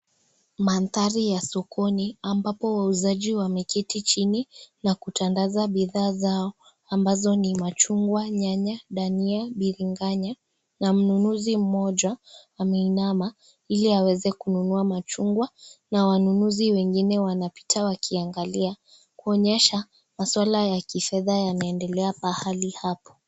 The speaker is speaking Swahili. Mandhari ya sokoni ambapo wanauza wameketi chini na kutandaza bidhaa zao ambazo ni machugwa, nyanya, dhania na bringanya, na mnunuzi mmoja ameinama Ili aweze kununua machugwa na wengine wanoapita wakiangalia. Kuonyesha maswala ya kifedha yanaendelea hapa.